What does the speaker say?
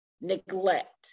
neglect